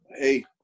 Hey